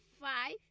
five